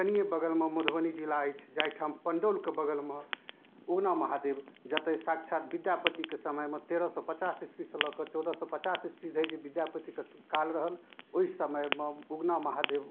कनिए बगलमे मधुबनी जिला अछि जाहिठाम पण्डौलके बगलमे उगना महादेव जतऽ साक्षात विद्यापतिके समयमे तेरह सओ पचास ईस्वीसँ लऽ कऽ चौदह सओ पचास ईस्वी धरि जे विद्यापतिके शुभकाल रहल ओहि समयमे उगना महादेव